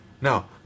Now